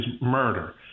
murder